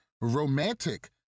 romantic